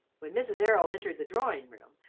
when mrs. errol entered the drawing-room,